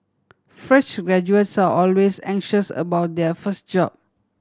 fresh graduates are always anxious about their first job